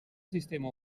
sistema